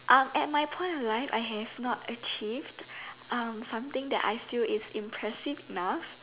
uh at my point of life I have not achieved um something that I feel is impressive enough